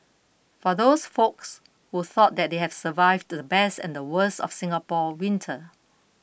for those folks who thought that they have survived the best and the worst of Singapore winter